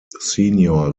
senior